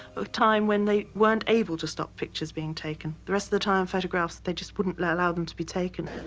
a time when they weren't able to stop pictures being taken. the rest of the time, photographs, they just wouldn't allow them to be taken.